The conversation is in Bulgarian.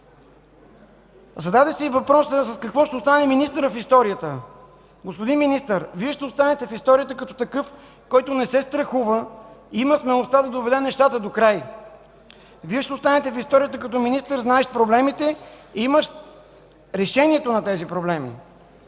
Зададе се и въпросът: с какво ще остане министърът в историята? Господин Министър, Вие ще останете в историята като такъв, който не се страхува, има смелостта да доведе нещата докрай. Вие ще останете в историята като министър, знаещ проблемите, имащ решението на тези проблеми.